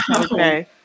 Okay